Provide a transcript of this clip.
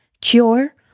cure